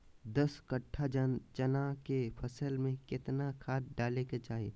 दस कट्ठा चना के फसल में कितना खाद डालें के चाहि?